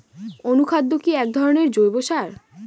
অনুখাদ্য কি এক ধরনের জৈব সার?